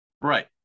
right